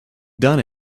done